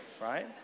right